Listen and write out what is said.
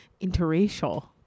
interracial